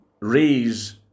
raise